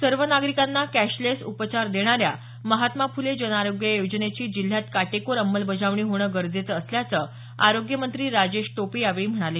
सर्व नागरिकांना कॅशलेस उपचार देणाऱ्या महात्मा फुले जन आरोग्य या योजनेची जिल्ह्यांत काटेकोर अंमलबजावणी होणं गरजेचं असल्याचं आरोग्य मंत्री राजेश टोपे यावेळी म्हणाले